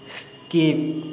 skip